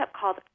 called